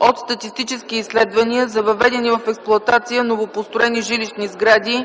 от статистически изследвания за въведени в експлоатация новопостроени жилищни сгради